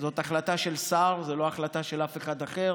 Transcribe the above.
זאת החלטה של שר, זו לא החלטה של אף אחד אחר,